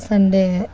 Sunday